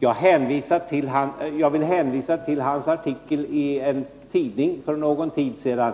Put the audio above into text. Jag hänvisar till hans artikel i en tidning för någon tid sedan.